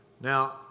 Now